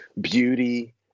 beauty